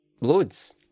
loads